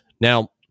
Now